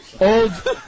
Old